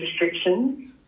restrictions